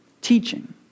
teaching